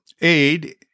aid